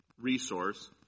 resource